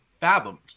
fathomed